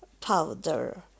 powder